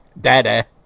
Daddy